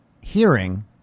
hearing